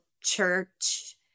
church